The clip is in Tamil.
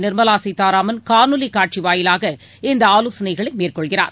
நிர்மலா சீதாராமன் காணொலிக் காட்சி வாயிலாக இந்த ஆலோசனைகளை மேற்கொள்கிறார்